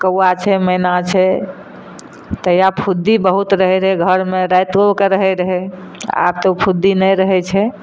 कौआ छै मैना छै तहिया फुद्दी बहुत रहय रहय घरमे रातियोके रहय रहय आब तऽ फुद्दी नहि रहय छै